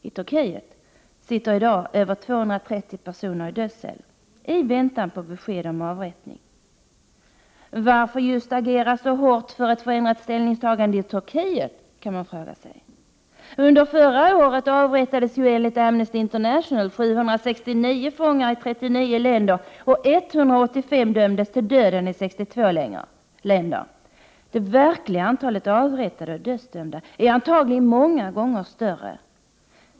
I Turkiet sitter i dag över 230 personer i dödscell i väntan på besked om avrättning. Varför just agera så hårt för ett förändrat ställningstagande i Turkiet? kan man fråga. Under förra året avrättades ju enligt Amnesty International 769 fångar i 39 länder och dömdes 185 till döden i 62 länder. Det verkliga antalet avrättade och dödsdömda är antagligen många gånger större.